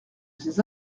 ces